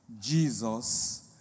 jesus